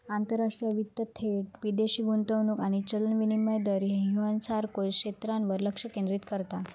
आंतरराष्ट्रीय वित्त थेट विदेशी गुंतवणूक आणि चलन विनिमय दर ह्येच्यासारख्या क्षेत्रांवर लक्ष केंद्रित करता